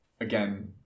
again